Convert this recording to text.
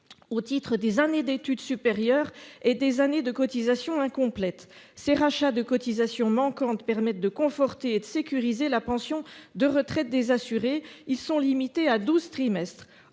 au titre des années d'études supérieures et des années de cotisation incomplètes. Ces rachats de cotisations manquantes permettent de conforter et de sécuriser la pension de retraite des assurés. Ils sont limités à douze trimestres.